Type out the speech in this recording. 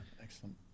excellent